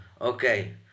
Okay